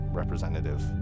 representative